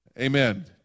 Amen